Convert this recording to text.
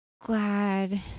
glad